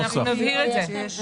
אנחנו נבהיר את זה.